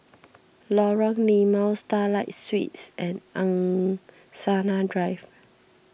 Lorong Limau Starlight Suites and Angsana Drive